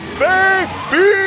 baby